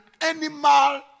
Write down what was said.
animal